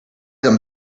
them